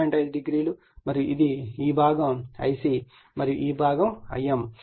5o మరియు ఇది ఈ భాగం Ic మరియు ఈ భాగం Im మరియు ఇది ఫలితంగా కరెంట్ I0